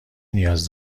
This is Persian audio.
نیاز